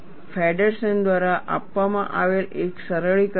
ફેડરસન દ્વારા આપવામાં આવેલ એક સરળીકરણ છે